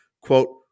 Quote